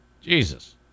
Jesus